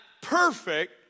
perfect